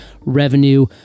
revenue